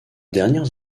dernières